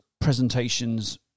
presentations